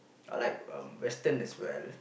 I like western as well